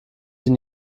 den